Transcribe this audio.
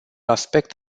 aspect